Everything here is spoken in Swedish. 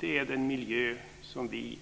Det är den miljö som vi